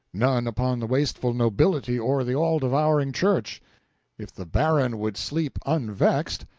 none upon the wasteful nobility or the all-devouring church if the baron would sleep unvexed,